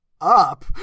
up